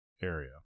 area